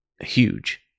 huge